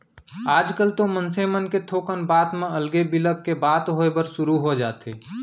आजकल तो मनसे मन के थोकन बात म अलगे बिलग के बात होय बर सुरू हो जाथे